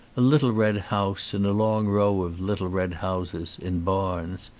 a little red house in a long row of little red houses, in barnes,